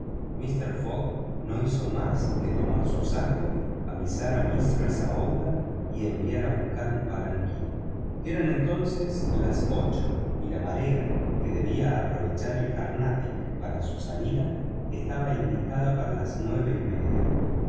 mister fogg no hizo más que tomar su saco avisar a mistress aouida y enviar a buscar un palanquín eran entonces las ocho y la marea que debía aprovechar el carnatic para su salida estaba indicada para las nueve y media